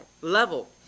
Level